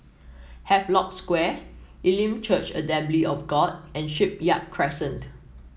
Havelock Square Elim Church Assembly of God and Shipyard Crescent